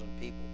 people